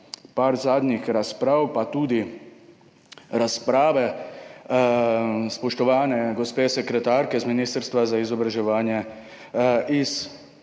nekaj zadnjih razprav pa tudi razprave spoštovane gospe sekretarke z Ministrstva za izobraževanje s